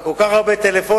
והיו כל כך הרבה טלפונים,